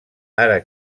ara